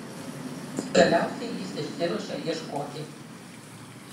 galiausiai jis išsiruošia ieškoti